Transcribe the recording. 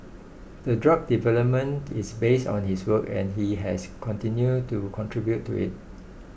the drug development is based on his work and he has continued to contribute to it